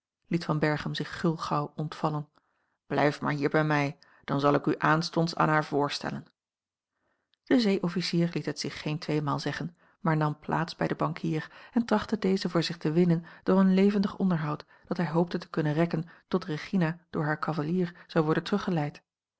liet van berchem zich gulgauw ontvallen blijf maar hier bij mij dan zal ik u aanstonds aan haar voorstellen de zee officier liet het zich geen tweemaal zeggen maar nam plaats bij den bankier en trachtte dezen voor zich te winnen door een levendig onderhoud dat hij hoopte te kunnen rekken tot regina door haar cavalier zou worden